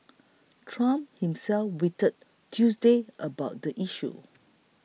trump himself tweeted Tuesday about the issue